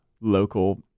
local